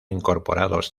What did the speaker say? incorporados